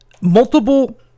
Multiple